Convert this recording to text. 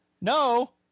No